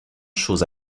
chose